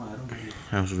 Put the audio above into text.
then message you [what]